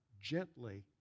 gently